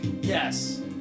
Yes